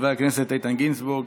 יושב-ראש ועדת הכנסת איתן גינזבורג